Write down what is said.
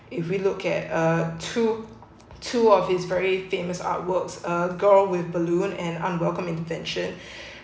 if we look at uh two two of his very famous artworks uh girl with balloon and unwelcome intervention